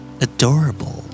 Adorable